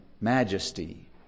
majesty